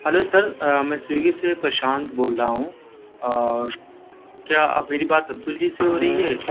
hello sir میں Swiggy سے پراشانت بول رہا ہوں اور کیا اب میری بات عبدل جی سے ہو رہی ہے